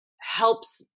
helps